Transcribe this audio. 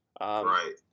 Right